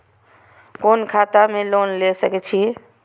कोन खाता में लोन ले सके छिये?